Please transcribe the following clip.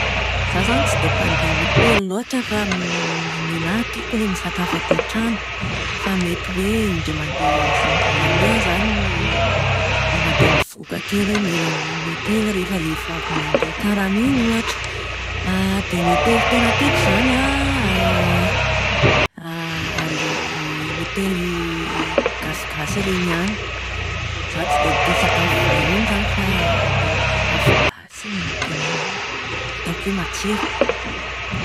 Izaho izany tsy dia mpandeha hotely loatra fa ny anahy tiako ilay misakafo ato an-trano. Fa mety hoe indray mandeha isam-bolana eo aho izany no no mandeha mivoaka kely hoe mihinana any amin'ny hotely ilay rehefa vao avy nandray karama iny ohatra! Dia ny hotely tena tiako izany an, ilay hotely gasigasy ireny ihany. Izaho tsy dia tia sakafo vahiny izany fa ilay sakafo gasy no tena hitako hoe matsiro.